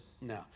no